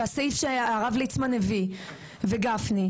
והסעיף שהרב ליצמן וגפני הביאו.